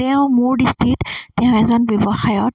তেওঁ মোৰ দৃষ্টিত তেওঁ এজন ব্যৱসায়ত